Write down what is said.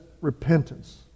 repentance